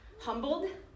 humbled